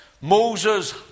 Moses